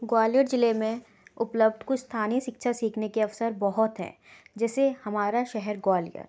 ग्वालियर जिले में उपलब्ध कुछ स्थानीय शिक्षा सीखने के अवसर बहुत हैं जैसे हमारा शहर ग्वालियर